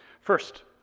first,